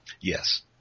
Yes